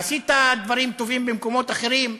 עשית דברים טובים במקומות אחרים,